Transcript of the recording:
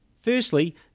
Firstly